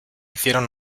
hicieron